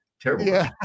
terrible